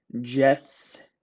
Jets